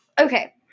okay